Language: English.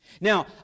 now